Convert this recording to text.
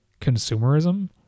Consumerism